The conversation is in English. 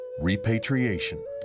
Repatriation